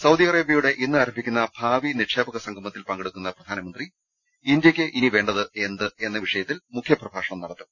Saudi അറേബൃയുടെ ഇന്ന് ആരംഭിക്കുന്ന ഭാവി നിക്ഷേപക സംഗമത്തിൽ പങ്കെടുക്കുന്ന പ്രധാനമന്ത്രി ഇന്ത്യയ്ക്ക് ഇനി വേണ്ടത് എന്ത് എന്ന വിഷയത്തിൽ മുഖ്യ പ്രഭാഷണം നടത്തും